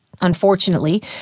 Unfortunately